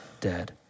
dead